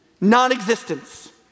non-existence